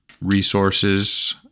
resources